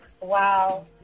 Wow